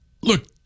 look